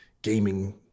gaming